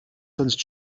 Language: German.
sonst